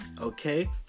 okay